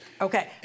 Okay